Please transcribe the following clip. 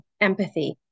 empathy